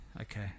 Okay